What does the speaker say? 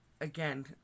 again